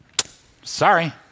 sorry